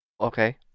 Okay